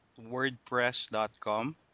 wordpress.com